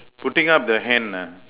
putting up the hand ah